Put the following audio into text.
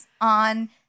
on